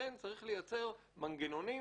צריך לייצר מנגנונים